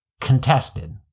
contested